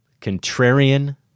contrarian